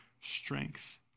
strength